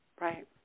Right